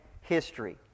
history